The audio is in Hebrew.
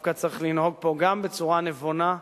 דווקא צריך לנהוג פה גם בצורה נבונה.